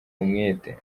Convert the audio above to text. umwete